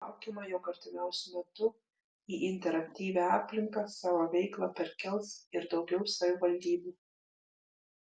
laukiama jog artimiausiu metu į interaktyvią aplinką savo veiklą perkels ir daugiau savivaldybių